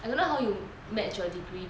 I don't know how you match your degree